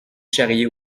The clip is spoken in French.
charrier